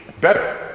better